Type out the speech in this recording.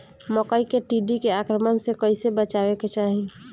मकई मे टिड्डी के आक्रमण से कइसे बचावे के चाही?